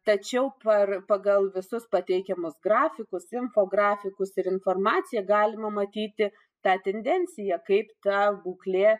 tačiau par pagal visus pateikiamus grafikus infografikus ir informaciją galima matyti tą tendenciją kaip ta būklė